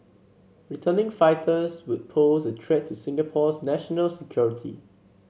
returning fighters would pose a threat to Singapore's national security